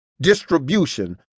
distribution